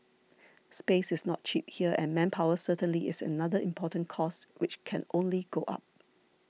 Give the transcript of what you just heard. space is not cheap here and manpower certainly is another important cost which can only go up